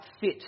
fit